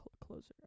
closer